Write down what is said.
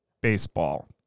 baseball